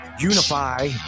unify